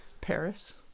Paris